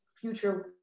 future